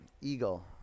Eagle